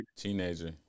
Teenager